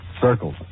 Circles